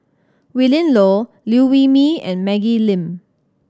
Willin Low Liew Wee Mee and Maggie Lim